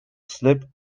slip